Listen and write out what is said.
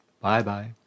Bye-bye